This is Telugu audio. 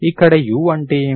ఇక్కడ u అంటే ఏమిటి